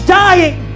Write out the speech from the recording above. dying